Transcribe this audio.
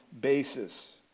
basis